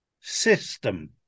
system